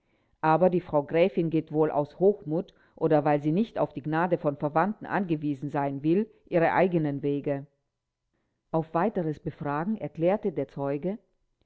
aber die frau gräfin geht wohl aus hochmut oder weil sie nicht auf die gnade von verwandten angewiesen sein will ihre eigenen wege auf weiteres befragen erklärte der zeuge